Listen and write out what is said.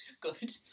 Good